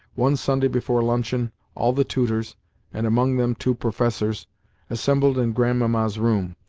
one sunday before luncheon all the tutors and among them two professors assembled in grandmamma's room,